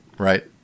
Right